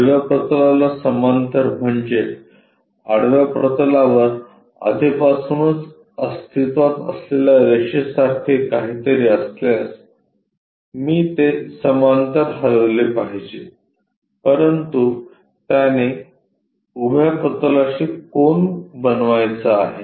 आडव्या प्रतलाला समांतर म्हणजे आडव्या प्रतलावर आधीपासूनच अस्तित्वात असलेल्या रेषेसारखे काहीतरी असल्यास मी ते समांतर हलविले पाहिजे परंतु त्याने उभ्या प्रतलाशी कोन बनवायचा आहे